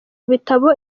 bitabo